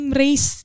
race